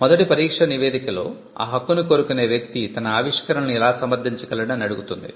మొదటి పరీక్ష నివేదికలో ఆ హక్కుని కోరుకునే వ్యక్తి తన ఆవిష్కరణను ఎలా సమర్థించగలడు అని అడుగుతుంది